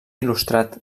il·lustrat